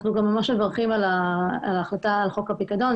אנחנו ממש מברכים על ההחלטה על חוק הפיקדון.